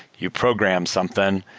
you program something.